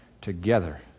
together